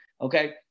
okay